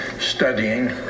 studying